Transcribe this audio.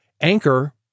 Anchor